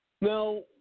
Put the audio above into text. Now